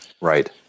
Right